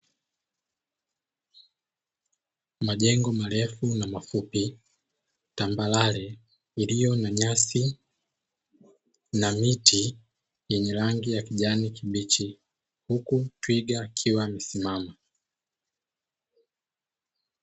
Majengo marefu na mafupi tambarare yaliyo na nyasi na miti yenye rangi ya kijani kibichi, huku twiga akiwa amesimama.